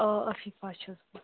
آ اَفیٖفا چھَس بہٕ